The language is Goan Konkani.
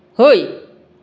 हय